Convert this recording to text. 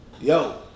yo